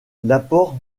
l’apport